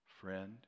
Friend